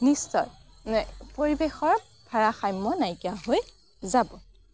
নিশ্চয় পৰিৱেশৰ ভাৰসাম্য নাইকিয়া হৈ যাব